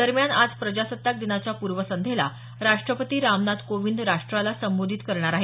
दरम्यान आज प्रजासत्ताक दिनाच्या पूर्वसंध्येला राष्ट्रपती रामनाथ कोविंद राष्ट्राला संबोधित करतील